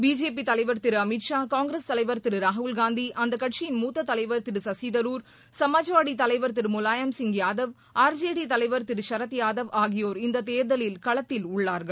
BJP தலைவர் திரு Amit Shah Congress தலைவர் திரு ராகுல் காந்தி அந்த கட்சியின் மூத்தத் தலைவர் திரு சசி தருர் சமாஜ்வாதி தலைவர் திரு Mulayam Singh Yadav R J D தலைவர் திரு சரத் யாதவ் ஆகியோர் இந்த தேர்தலில் களத்தில் உள்ளார்கள்